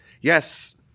Yes